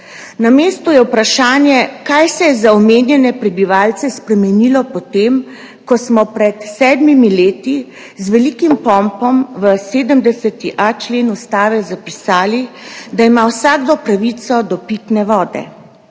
Na mestu je vprašanje, kaj se je za omenjene prebivalce spremenilo po tem, ko smo pred sedmimi leti z velikim pompom v 70.a člen Ustave zapisali, da ima vsakdo pravico do pitne vode,